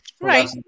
Right